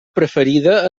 preferida